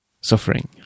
suffering